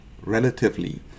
relatively